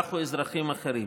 אזרח או אזרחים אחרים